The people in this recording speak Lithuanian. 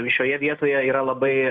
šioje vietoje yra labai